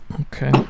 Okay